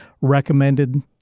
recommended